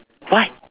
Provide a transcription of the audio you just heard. why